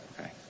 Okay